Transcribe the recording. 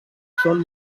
són